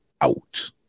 out